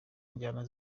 injyana